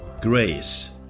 Grace